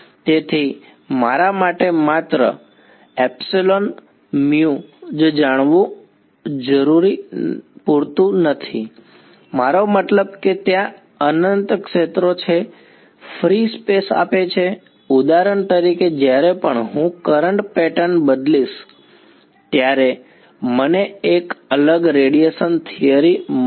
તેથી મારા માટે માત્ર જ જાણવું પૂરતું નથી મારો મતલબ કે ત્યાં અનંત ક્ષેત્રો છે ફ્ર્રી સ્પેસ આપે છે ઉદાહરણ તરીકે જ્યારે પણ હું કરંટ પેટર્ન બદલીશ ત્યારે મને એક અલગ રેડિયેશન થિયરી મળે છે